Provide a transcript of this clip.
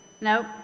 Nope